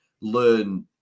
learn